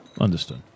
Understood